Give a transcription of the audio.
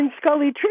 Scully